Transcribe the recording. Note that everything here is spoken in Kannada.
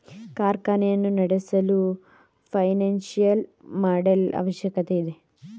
ಕಾರ್ಖಾನೆಯನ್ನು ನಡೆಸಲು ಫೈನಾನ್ಸಿಯಲ್ ಮಾಡೆಲ್ ಅವಶ್ಯಕತೆ ಇದೆ